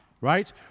right